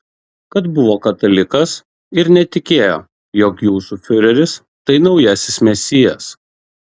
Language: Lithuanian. kad buvo katalikas ir netikėjo jog jūsų fiureris tai naujasis mesijas